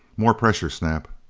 more pressure, snap.